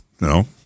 no